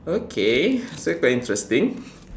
okay very interesting